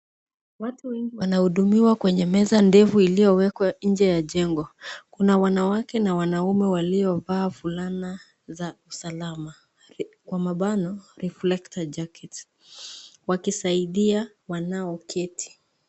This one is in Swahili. Watu wengi wana hudumiwa kwenye meza ndefu ilio wekwa kwenye jengo, kuna wanawake na wanaume waliovaa fulana za usalama kwa mabano , reflcor jackets wakisaidia wanao keti.